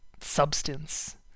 substance